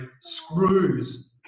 screws